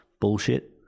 bullshit